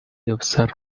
явсаар